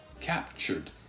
captured